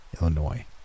Illinois